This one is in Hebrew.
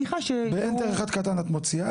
ב-enter אחד קטן את מוציאה.